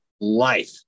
life